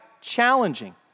challenging